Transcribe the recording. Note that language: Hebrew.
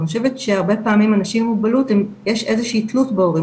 אבל אני חושבת שהרבה פעמים אנשים עם מוגבלות יש איזו שהיא תלות בהורים,